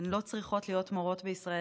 הן לא צריכות להיות מורות בישראל.